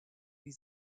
wie